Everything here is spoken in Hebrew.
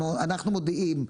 אנחנו מודיעים.